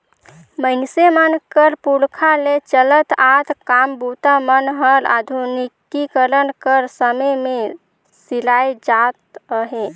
मइनसे मन कर पुरखा ले चलत आत काम बूता मन हर आधुनिकीकरन कर समे मे सिराए जात अहे